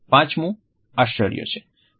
પાંચમું આશ્ચર્ય છે